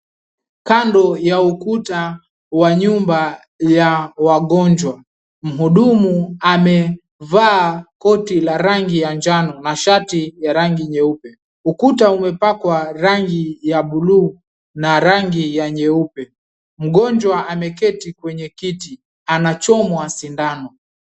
Kando ya ukuta wa nyumba ya wagonjwa, mhudumu amevaa koti la rangi ya njano na shati la rangi nyeupe. Ukuta umepakwa rangi ya buluu na rangi ya nyeupe. Mgonjwa ameketi kwenye kiti amechomwa sindano.